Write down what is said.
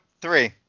three